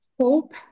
hope